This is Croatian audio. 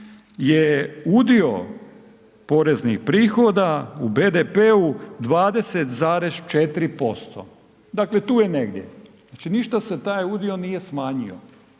je udio poreznih prihoda u BDP-u 20,4% dakle tu je negdje, znači ništa se taj udio nije smanjio